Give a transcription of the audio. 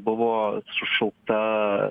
buvo sušaukta